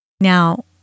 Now